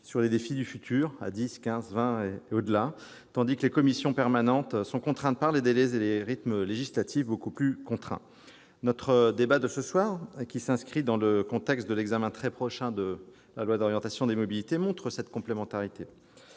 sur les défis du futur à 10, 15, 20 ans et au-delà, tandis que les commissions permanentes sont contraintes par les délais et les rythmes législatifs. Notre débat de cette fin d'après-midi, qui s'inscrit dans le contexte de l'examen très prochain du projet de loi d'orientation des mobilités, montre cette complémentarité.